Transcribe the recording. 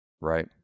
right